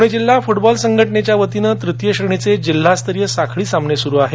पुणे जिल्हा फुटबॉल संघटनेच्यावतीनं तृृतीय श्रेणीचे जिल्हास्तरीय साखळी सामने सुरु आहेत